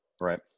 Right